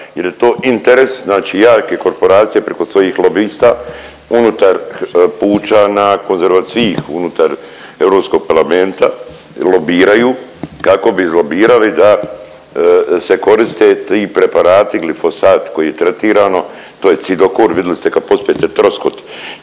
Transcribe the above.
jer je to interes, znači jake korporacije preko svojih lobista unutar pučana …/Govornik se ne razumije./… unutar Europskog parlamenta lobiraju kako bi izlobirali da se koriste ti preparati glifosat koji je tretirano to je cidokor, vidli ste kad pospete troskot